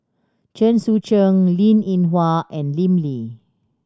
Chen Sucheng Linn In Hua and Lim Lee